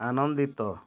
ଆନନ୍ଦିତ